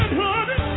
honey